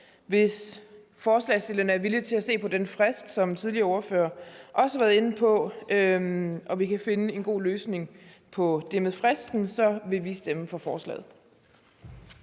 hvis forslagsstillerne er villige til at se på den frist, som tidligere ordførere også har været inde på, og vi kan finde en god løsning på det med fristen, så vil vi stemme for forslaget.